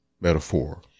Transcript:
metaphor